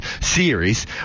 series